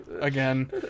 again